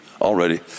already